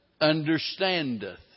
understandeth